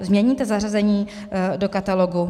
Změníte zařazení do katalogu?